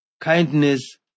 kindness